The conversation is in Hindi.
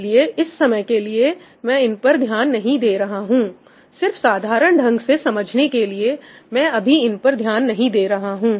इसलिए इस समय के लिए मैं इन पर ध्यान नहीं दे रहा हूं सिर्फ साधारण ढंग से समझने के लिए मैं अभी इन पर ध्यान नहीं दे रहा हूं